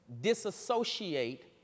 disassociate